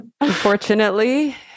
Unfortunately